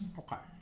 okay